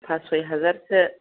pass सय हाजारसो